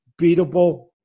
beatable